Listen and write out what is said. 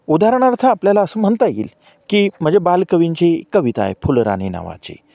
उदाहरणार्थ आपल्याला असं म्हणता येईल की म्हणजे बालकवींची कविता आहे फुलराणी नावाची